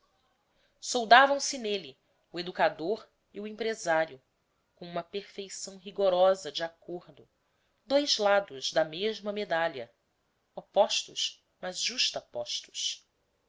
corpo soldavam se nele o educador e o empresário uma perfeição rigorosa de acordo dois lados da mesma medalha opostos mas